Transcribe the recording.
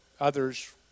others